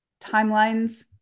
timelines